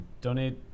Donate